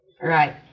right